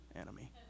enemy